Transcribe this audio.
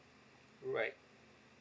right